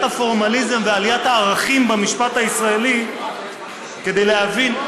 הפורמליזם ועליית הערכים במשפט הישראלי כדי להבין,